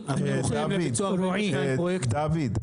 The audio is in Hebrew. דוד,